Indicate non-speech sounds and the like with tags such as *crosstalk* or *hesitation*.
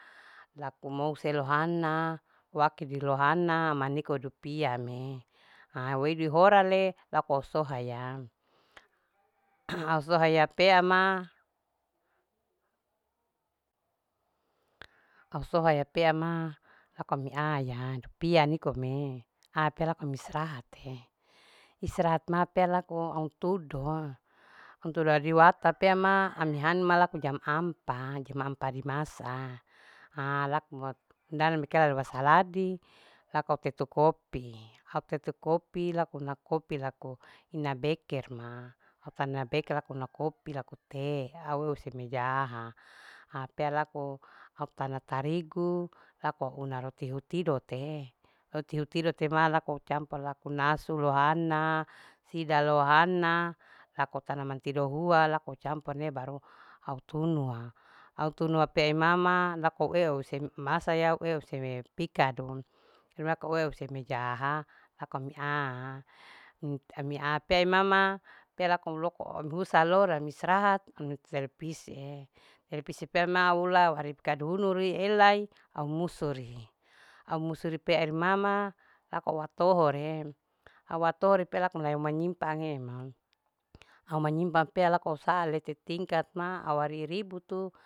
Lakou mouse lohana wakedi lohana maneko dupia me au wedi hora le lako sohayam *hesitation* au sohaya pea ma au sohaya pea ma lako mi aya dupia nikome a pe laka me srahate istrahat ma pe laku aun tudoe au untudo adiwata pea ma ami hanu laku jam ampat jan ampat adi masa ha laku we undana mekeu lahale wasaladi laku au tetu kopi. au tetu kopi laku ina laku ina bekerma au tana beker laku au una te au euwa hise mejahaha hapea laku au tana tarigu laku au una roti hutidotee. roti hutidotema laku au campur laku nasu lohana sida lohana lako au tana mantidohua laku au campor nehe baru au tunua. au tunua pea mama laku au eu huse masaya au eu huse pikadu laku au eu hise mejahaha laku amia amia pea imama pea laku au loko au husa loria ami istirahat nonton telipisiye telepisiye pea ma ulau ari pi kaduhunuri elai au musuri. au musuri pea imama laku au atohoriye aua tohori pea laku au manyimpange au menyimpang pea laku au saa tetingkat ma au arii ributu